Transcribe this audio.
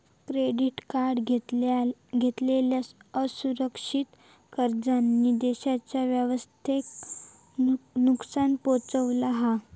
credit card घेतलेल्या असुरक्षित कर्जांनी देशाच्या अर्थव्यवस्थेक नुकसान पोहचवला हा